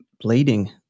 bleeding